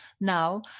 now